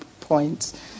points